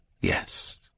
Yes